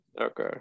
okay